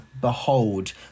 Behold